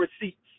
receipts